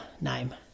name